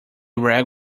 rag